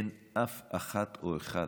אין אף אחת או אחד,